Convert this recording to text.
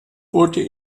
wurde